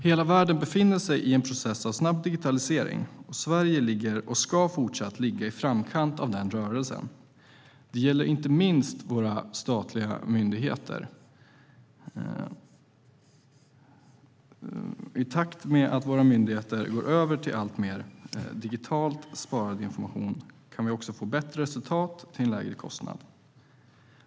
Hela världen befinner sig i en process av snabb digitalisering, och Sverige ligger - och ska fortsatt ligga - i framkant av den rörelsen. Det gäller inte minst våra statliga myndigheter. I takt med att myndigheterna alltmer går över till digitalt sparad information kan man också få bättre resultat till en lägre kostnad.